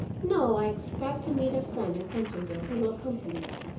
no, i expect to meet a friend in pentonville who will accompany me.